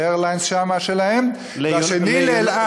"איירליינס" שלהם, והשני ל"אל על".